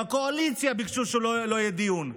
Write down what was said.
בקואליציה ביקשו שלא יהיה דיון.